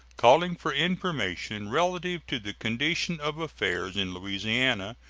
calling for information relative to the condition of affairs in louisiana,